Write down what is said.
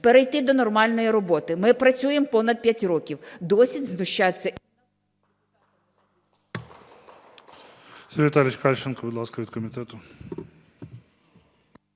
перейти до нормальної роботи. Ми працюємо понад 5 років, досить знущатися…